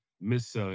Miss